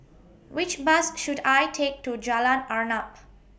Which Bus should I Take to Jalan Arnap